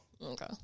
Okay